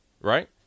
right